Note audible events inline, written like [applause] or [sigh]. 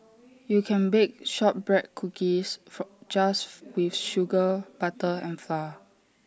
you can bake Shortbread Cookies [noise] just with sugar butter and flour